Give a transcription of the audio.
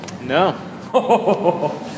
No